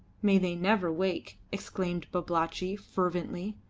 may they never wake! exclaimed babalatchi, fervently.